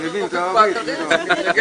תודה,